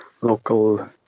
local